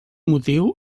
motiu